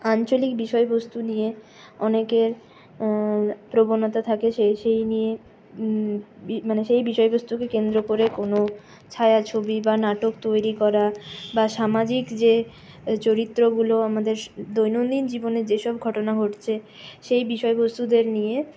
আঞ্চলিক বিষয়বস্তু নিয়ে অনেকের প্রবণতা থাকে সেই সেই নিয়ে মানে সেই বিষয়বস্তুকে কেন্দ্র করে কোন ছায়াছবি বা নাটক তৈরি করা বা সামাজিক যে চরিত্রগুলো আমাদের দৈনন্দিন জীবনে যেসব ঘটনা ঘটছে সেই বিষয়বস্তুদের নিয়ে